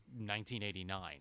1989